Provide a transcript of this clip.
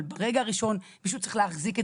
אבל ברגע הראשון פשוט צריך להחזיק את